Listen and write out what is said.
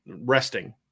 resting